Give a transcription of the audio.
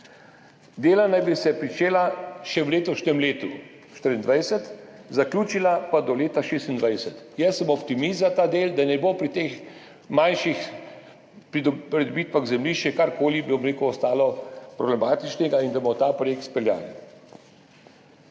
Dela naj bi se pričela še v letošnjem letu, 2024, zaključila pa do leta 2026. Jaz sem optimist za ta del, da ne bo pri teh manjših pridobitvah zemljišč karkoli, bom rekel, ostalo problematičnega in da bomo ta projekt izpeljali.